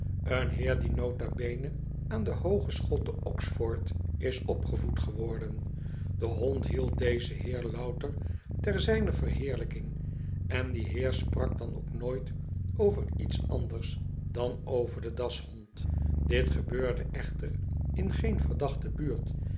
een heer die nota bene aan de hoogeschool te o xf o r d is opgevoed geworden de hond hield dezen heer louter ter zijner verheerlijking en die heer sprak dan ook nooit over iets anders dan over den dashond dit gebeurde echter in geen verdachte buurt